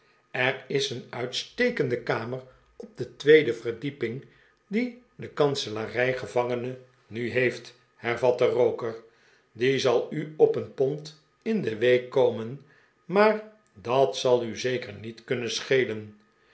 er is een uitstekende kamer op de tweede verdieping die de kanselarij gevangene nu heeft hervatte roker die zal u op een pond in de week komen maar dat zal u zeker niet kunnen schelen